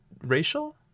racial